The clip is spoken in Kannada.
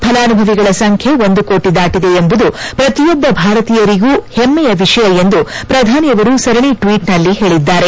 ಫಲಾನುಭವಿಗಳ ಸಂಖ್ಯೆ ಒಂದು ಕೋಟಿ ದಾಟಿದೆ ಎಂಬುದು ಪ್ರತಿಯೊಬ್ಬ ಭಾರತೀಯರಿಗೂ ಹೆಮ್ಮೆಯ ವಿಷಯ ಎಂದು ಪ್ರಧಾನಿಯವರು ಸರಣಿ ಟ್ವೀಟ್ನಲ್ಲಿ ಹೇಳಿದ್ದಾರೆ